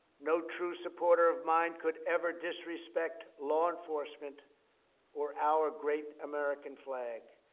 no true supporter of mine could ever disrespect law enforcement or our great american flag.